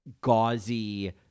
gauzy